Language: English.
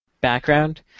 background